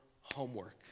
homework